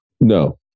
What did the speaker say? No